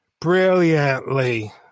Brilliantly